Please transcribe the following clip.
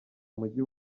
umujyi